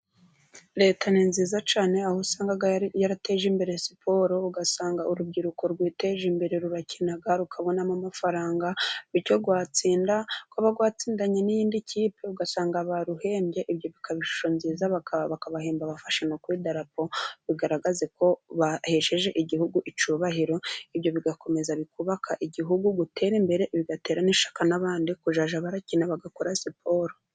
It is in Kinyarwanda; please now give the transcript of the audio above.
Leta ni nziza cyane, aho usanga yarateje imbere siporo. Ugasanga urubyiruko rwiteje imbere rurakina rukabonamo amafaranga. Bityo gutsinda, rwaba rwatsindanye n'iyindi kipe ugasanga baruhembye. Ibyo bikaba inshusho nziza, bakabahemba bafashe no ku idalapo, bigaragaza ko bahesheje igihugu icyubahiro. Ibyo bigakomeza bigafasha igihugu gutera imbere, bigatera n'ishyakaka n'abandi kujya bakina bagakora siporo.